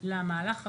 למהלך הרחב.